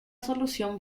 solución